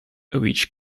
which